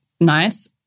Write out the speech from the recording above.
nice